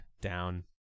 down